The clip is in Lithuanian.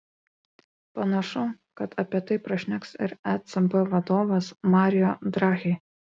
panašu kad apie tai prašneks ir ecb vadovas mario draghi